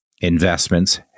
investments